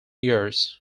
years